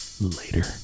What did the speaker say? later